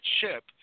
ship